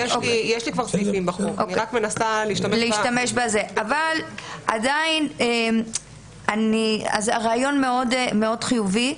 כבר סעיפים בחוק היום --- הרעיון מאוד חיובי,